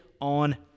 on